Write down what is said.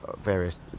various